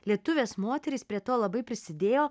lietuvės moterys prie to labai prisidėjo